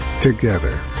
Together